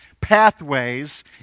pathways